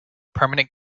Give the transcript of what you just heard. permanent